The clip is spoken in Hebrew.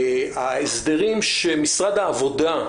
ההסדרים שמשרד העבודה,